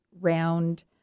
round